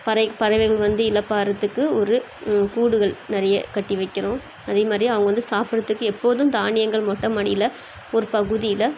பறை பறவைகள் வந்து இளைப்பாறதுக்கு ஒரு கூடுகள் நிறைய கட்டி வைக்கணும் அதேமாதிரி அவங்க வந்து சாப்பிட்றதுக்கு எப்போதும் தானியங்கள் மொட்டை மாடியில் ஒரு பகுதியில்